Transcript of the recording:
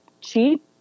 cheap